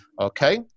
okay